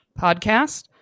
podcast